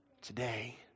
Today